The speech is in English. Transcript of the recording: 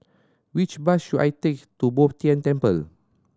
which bus should I take to Bo Tien Temple